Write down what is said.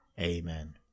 Amen